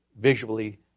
visually